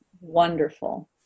wonderful